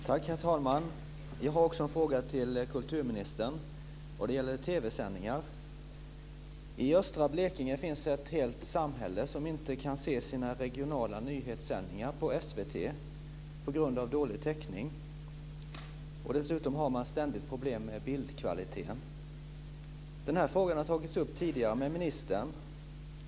Herr talman! Jag har också en fråga till kulturministern, och det gäller TV-sändningar. I östra Blekinge finns ett helt samhälle som inte kan se sina regionala nyhetssändningar på SVT på grund av dålig täckning. Dessutom har man ständigt problem med bildkvaliteten. Den här frågan har tagits upp tidigare med ministern.